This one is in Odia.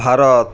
ଭାରତ